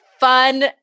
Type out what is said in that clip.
Fun